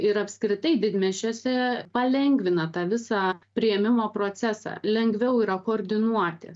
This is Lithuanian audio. ir apskritai didmiesčiuose palengvina tą visą priėmimo procesą lengviau yra koordinuoti